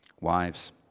Wives